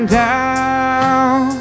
down